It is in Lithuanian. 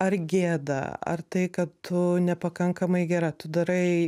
ar gėdą ar tai kad tu nepakankamai gera tu darai